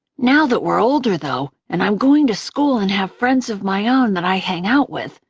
now that we're older, though, and i'm going to school and have friends of my own that i hang out with,